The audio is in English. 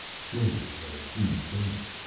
slowly, the scene faded,